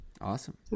Awesome